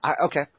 okay